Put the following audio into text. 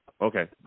Okay